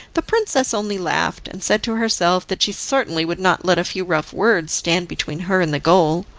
the princess only laughed, and said to herself that she certainly would not let a few rough words stand between her and the goal.